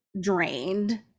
drained